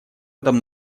этом